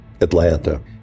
atlanta